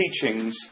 teachings